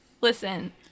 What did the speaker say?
Listen